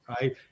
right